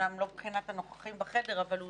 אומנם לא מבחינת הנוכחים בחדר אבל הוא